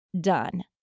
done